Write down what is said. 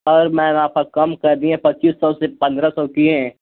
और मैम आपका कम कर दिए हैं पच्चीस सौ से पंद्रह सौ किए हैं